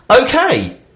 okay